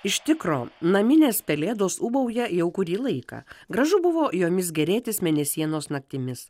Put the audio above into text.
iš tikro naminės pelėdos ūbauja jau kurį laiką gražu buvo jomis gėrėtis mėnesienos naktimis